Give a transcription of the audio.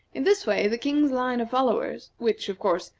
in this way the king's line of followers, which, of course,